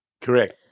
Correct